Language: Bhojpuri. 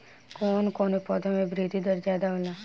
कवन कवने पौधा में वृद्धि दर ज्यादा होला?